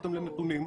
נחשפתם לנתונים.